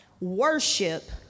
worship